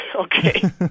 Okay